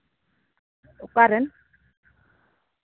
ᱚᱠᱟᱨᱮᱱ